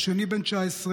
השני בן 19,